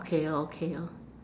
okay orh okay orh